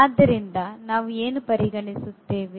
ಆದ್ದರಿಂದ ನಾವು ಏನು ಪರಿಗಣಿಸುತ್ತೇವೆ